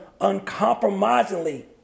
uncompromisingly